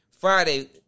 Friday